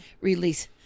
release